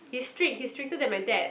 he strict he stricter than my dad